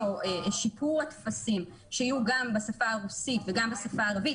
שיפור הטפסים ולעשות שהם יהיו גם בשפה הרוסית וגם בשפה הערבית